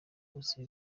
bose